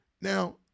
Now